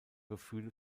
gefühle